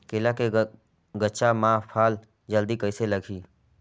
केला के गचा मां फल जल्दी कइसे लगही?